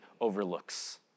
overlooks